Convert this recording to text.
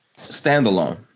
Standalone